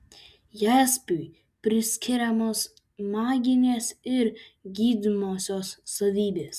jaspiui priskiriamos maginės ir gydomosios savybės